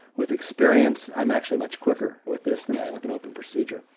with experience i'm actually much quicker with this than i am with an open procedure.